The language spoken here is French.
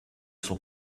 son